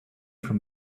from